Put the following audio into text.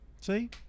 see